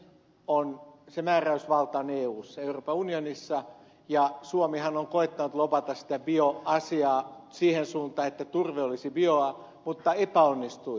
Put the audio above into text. se määräysvalta on eussa euroopan unionissa ja suomihan on koettanut lobata sitä bioasiaa siihen suuntaan että turve olisi bioa mutta epäonnistui